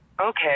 Okay